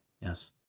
Yes